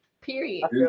Period